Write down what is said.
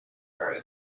very